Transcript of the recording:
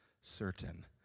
certain